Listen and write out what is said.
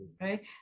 right